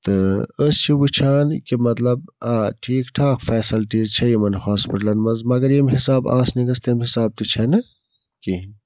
تہٕ أسۍ چھِ وٕچھان کہِ مطلب آ ٹھیٖک ٹھاک فٮ۪سَلٹیٖز چھِ یِمَن ہاسپِٹلَن منٛز مگر ییٚمہِ حِساب آسنہِ گٔژھ تَمہِ حِساب تہِ چھَنہٕ کِہیٖنۍ